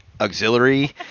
auxiliary